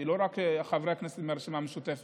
הוא לא רק של חברי הכנסת מהרשימה המשותפת.